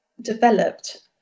developed